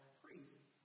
priests